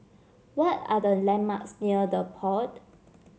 what are the landmarks near The Pod